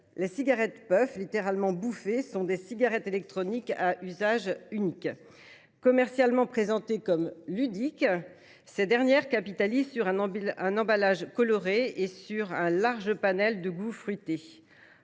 ces cigarettes ? Les puffs – littéralement, « bouffées », en anglais – sont des cigarettes électroniques à usage unique. Commercialement présentées comme « ludiques », elles capitalisent sur un emballage coloré et sur un large panel de goûts fruités.